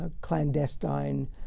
clandestine